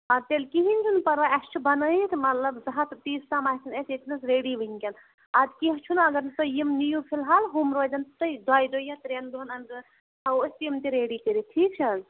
آ تیٚلہِ کِہیٖنۍ چھُنہٕ پرواے اَسہِ چھُ بَنٲیِتھ مطلب زٕ ہَتھ پیٖس تام آسَن اَسہِ ییٚتہِ نَس ریڈی وٕنکٮ۪ن اَدٕ کیٚنٛہہ چھُنہٕ اَدٕ اَگرے تُہۍ یِم نِیو فِلحال ہُم روزَن تۄہہِ دۄیہِ دُہہِ یا ترٛٮ۪ن دۄہَن اَندر تھاوو أسۍ تِم تہِ ریڈی کٔرِتھ ٹھیٖک چھِ حظ